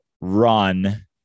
run